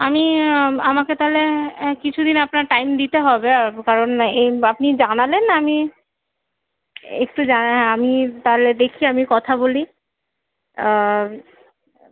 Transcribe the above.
আমি আমাকে তাহলে অ্যা কিছু দিন আপনার টাইম দিতে হবে কারণ এই আপনি জানালেন আমি একটু জানা আমি তাহলে দেখি আমি কথা বলি